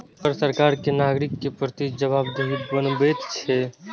कर सरकार कें नागरिक के प्रति जवाबदेह बनबैत छै